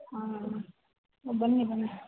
ಆಂ ಊಂ ಬನ್ನಿ ಬನ್ನಿ